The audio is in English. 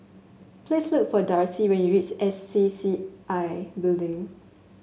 please look for Darcy when you reach S C C I Building